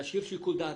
נשאיר שיקול דעת,